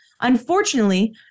Unfortunately